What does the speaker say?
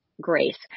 Grace